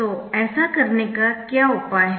तो ऐसा करने का क्या उपाय है